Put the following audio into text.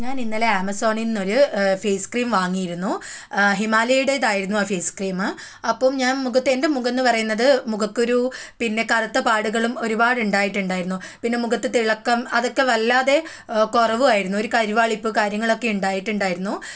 ഞാൻ ഇന്നലെ ആമസോണിൽ നിന്നൊരു ഫേസ് ക്രീം വാങ്ങിയിരുന്നു ഹിമാലയയുടേതായിരുന്നു ആ ഫേസ് ക്രീം അപ്പോൾ ഞാൻ മുഖത്ത് എൻറെ മുഖം എന്ന് പറയുന്നത് മുഖക്കുരു പിന്നെ കറുത്ത പാടുകളും ഒരുപാടുണ്ടായിട്ടുണ്ടായിരുന്നു പിന്നെ അതുപോലെ മുഖത്ത് തിളക്കം അതൊക്കെ വല്ലാതെ കുറവുമായിരുന്നു ഒരു കരുവാളിപ്പ് കാര്യങ്ങൾ ഒക്കെ ഉണ്ടായിട്ടുണ്ടായിരുന്നു